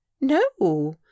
no